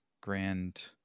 grand